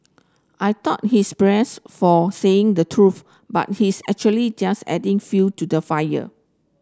I thought he's for saying the truth but he's actually just adding fuel to the fire